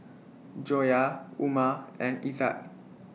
Joyah Umar and Izzat